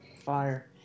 fire